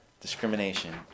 Discrimination